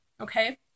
okay